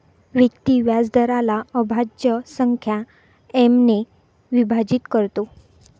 व्यक्ती व्याजदराला अभाज्य संख्या एम ने विभाजित करतो